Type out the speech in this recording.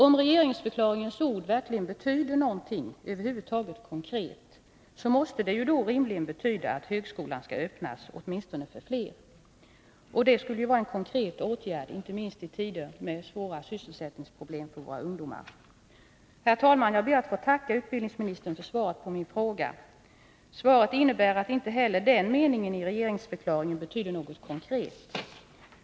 Om regeringsförklaringens ord över huvud taget betyder något konkret, måste denna mening då rimligen betyda att högskolan skall öppnas åtminstone för fler. Och det skulle ju vara en konkret åtgärd inte minst i tider med svåra sysselsättningsproblem för våra ungdomar. Herr talman! Jag ber att få tacka utbildningsministern för svaret på min fråga. Svaret innebär att inte heller den meningen i regeringsförklaringen betyder något konkret.